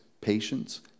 patience